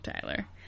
Tyler